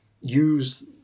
use